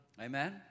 Amen